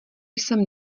jsem